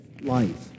life